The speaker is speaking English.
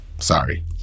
Sorry